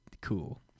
Cool